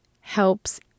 helps